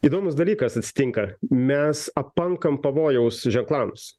įdomus dalykas atsitinka mes apankam pavojaus ženklams